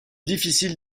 difficile